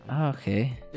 Okay